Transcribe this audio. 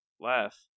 laugh